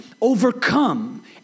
overcome